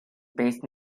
based